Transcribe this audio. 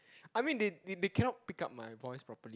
I mean they they cannot pick up my voice properly